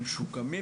למשוקמים